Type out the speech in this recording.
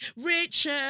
Richard